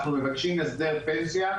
אנחנו מבקשים הסדר פנסיה,